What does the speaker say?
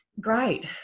great